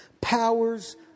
powers